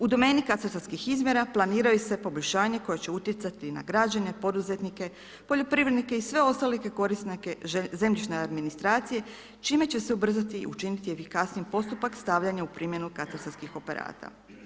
U domeni katastarskih izmjera planiraju se poboljšanja koja će utjecati na građane, poduzetnike, poljoprivrednike i sve ostale korisnike zemljišne administracije čime će se ubrzati i učiniti efikasnijim postupak stavljanja u primjenu katastarskih operata.